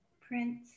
print